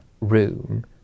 room